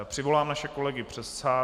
Přivolám naše kolegy z předsálí.